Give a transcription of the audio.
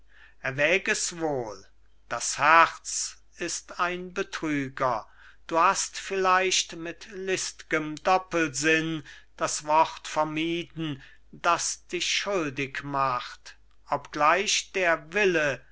erwäg es wohl das herz ist ein betrüger du hast vielleicht mit list'gem doppelsinn das wort vermieden das dich schuldig macht obgleich der wille